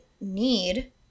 need